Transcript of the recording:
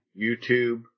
YouTube